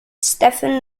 stephen